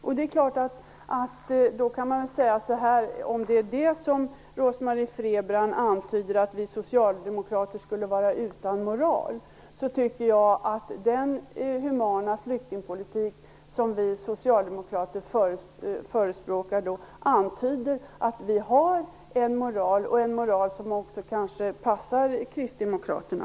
Om Rose-Marie Frebran antyder att vi socialdemokrater skulle vara utan moral, måste jag säga att den humana flyktingpolitik som vi socialdemokrater förespråkar antyder att vi har en moral som också kanske passar kristdemokraterna.